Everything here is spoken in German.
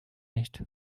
nicht